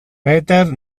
peter